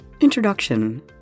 Introduction